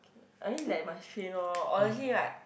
I mean like must train lor honestly right